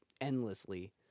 endlessly